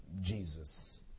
Jesus